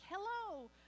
Hello